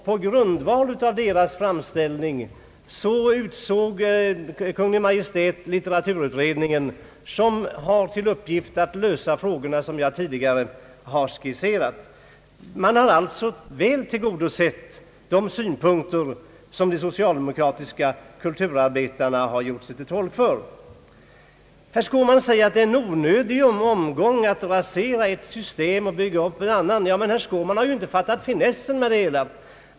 På grundval av deras framställning tillsatte också Kungl. Maj:t litteraturutredningen med uppgift att lösa de frågor jag tidigare skisserat. De synpunkter som de socialdemokratiska kulturarbetarna har gjort sig till talesmän för har alltså blivit vederbörligen uppmärksammade. Herr Skårman säger att det är onödigt att rasera ett system och bygga upp ett annat. Men då har han inte fattat finessen i detta.